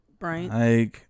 Right